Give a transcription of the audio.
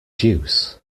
deuce